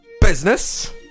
business